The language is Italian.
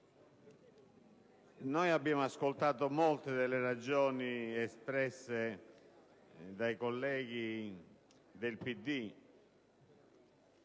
abbiamo ascoltato molte delle ragioni espresse dai colleghi del PD